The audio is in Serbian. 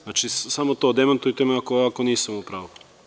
Znači, samo to, demantujte me ako nisam u pravu.